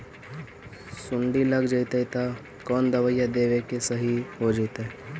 सुंडी लग जितै त कोन दबाइ देबै कि सही हो जितै?